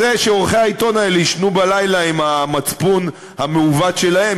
זה שעורכי העיתון האלה יישנו בלילה עם המצפון המעוות שלהם,